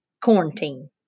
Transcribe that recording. quarantine